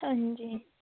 हां जी